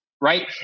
right